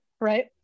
Right